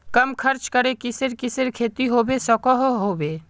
कम खर्च करे किसेर किसेर खेती होबे सकोहो होबे?